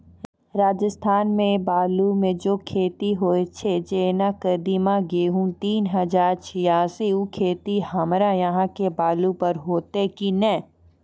राजस्थान मे बालू मे जे खेती होय छै जेना कदीमा, गेहूँ तीन हजार छियासी, उ खेती हमरा यहाँ के बालू पर होते की नैय?